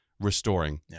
restoring